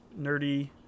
nerdy